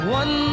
one